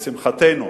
לשמחתנו,